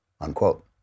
unquote